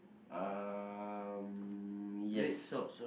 um yes